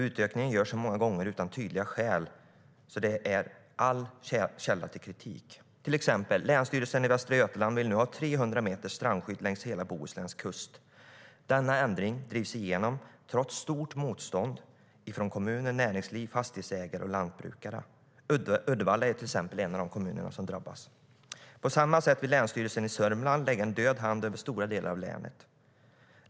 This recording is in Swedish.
Utökningen görs många gånger utan tydliga skäl. Det är en källa till kritik. På samma sätt vill länsstyrelsen i Södermanland lägga en död hand över stora delar av länet.